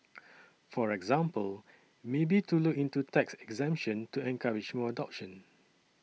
for example maybe to look into tax exemption to encourage more adoption